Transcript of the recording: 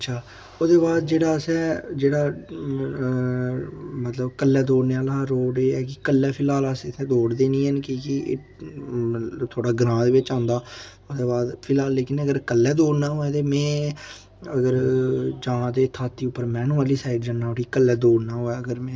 अच्छा ओह्दे बाद असें जेह्ड़ा असें मतलब कल्ले दौड़ने आह्ला रोड़ एह् ऐ कि कल्ले फिलहाल अस इत्थै दौड़दे नी ऐ की के मतलब थोह्ड़ा ग्रांऽ च औंदा ओह्दे बाद फिलहाल लेकिन अगर कल्ले दौड़ना होऐ ते में अगर जां ते थाथी उप्पर मैनू आह्ली साइड जन्नां उठी कल्लै दौड़ना होऐ अगर में